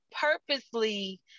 purposely